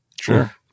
sure